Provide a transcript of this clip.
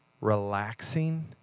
relaxing